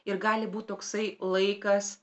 ir gali būt toksai laikas